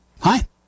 Hi